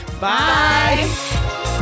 Bye